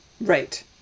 Right